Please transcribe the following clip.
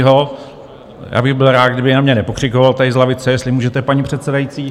Já bych byl rád, kdyby na mě nepokřikoval tady z lavice, jestli můžete, paní předsedající...